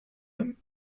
him